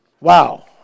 Wow